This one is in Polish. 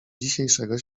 dzisiejszego